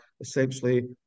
essentially